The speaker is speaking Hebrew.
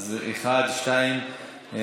בעד, שניים,